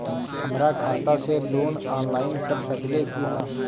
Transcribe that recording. हमरा खाता से लोन ऑनलाइन कट सकले कि न?